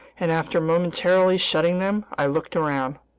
and after momentarily shutting them, i looked around.